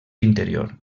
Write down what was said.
interior